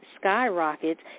skyrockets